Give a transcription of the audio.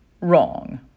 wrong